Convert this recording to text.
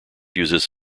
uses